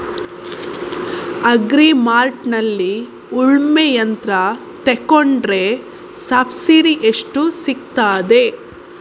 Agri ಮಾರ್ಟ್ನಲ್ಲಿ ಉಳ್ಮೆ ಯಂತ್ರ ತೆಕೊಂಡ್ರೆ ಸಬ್ಸಿಡಿ ಎಷ್ಟು ಸಿಕ್ತಾದೆ?